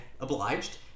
obliged